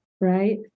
right